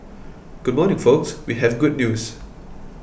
good morning folks we have good news